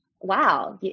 wow